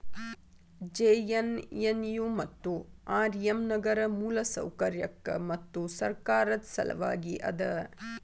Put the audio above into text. JNNU ಮತ್ತು RM ನಗರ ಮೂಲಸೌಕರ್ಯಕ್ಕ ಮತ್ತು ಸರ್ಕಾರದ್ ಸಲವಾಗಿ ಅದ